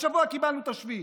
השבוע קיבלנו את השביעי.